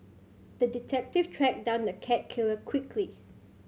the detective tracked down the cat killer quickly